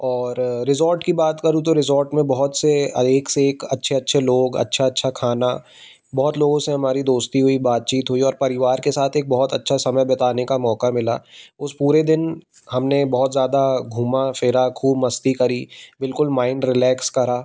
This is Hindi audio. और रिज़ोर्ट की बात करूँ तो रिज़ोर्ट में बहुत से एक से एक अच्छे अच्छे लोग अच्छा अच्छा खाना बहुत लोगों से हमारी दोस्ती हुई बातचीत हुई और परिवार के साथ एक बहुत अच्छा समय बिताने का मौका मिला उस पूरे दिन हमने बहुत ज़्यादा घूमा फिरा खूब मस्ती करी बिल्कुल माइंड रिलेक्स करा